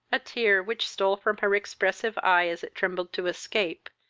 a tear, which stole from her expressive eye as it trembled to escape,